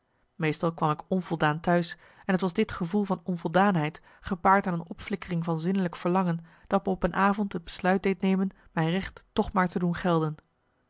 meestal kwam ik onvoldaan t'huis en het was dit gevoel van onvoldaanheid gepaard aan een opflikkering van zinnelijk verlangen dat me op een avond het besluit deed nemen mijn recht toch maar te doen gelden